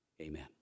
Amen